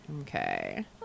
okay